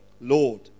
Lord